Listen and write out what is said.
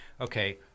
okay